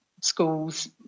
schools